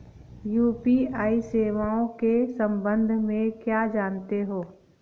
UPI सेवाओं के संबंध में क्या जानते हैं?